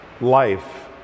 life